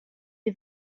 est